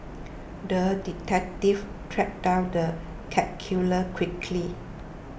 the detective tracked down the cat killer quickly